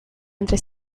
entre